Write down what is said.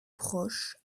proche